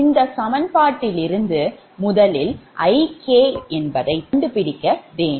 இந்த சமன்பாட்டிலிருந்து முதலில் Ik என்பதை கண்டுபிடிக்க வேண்டும்